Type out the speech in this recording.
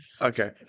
Okay